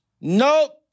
Nope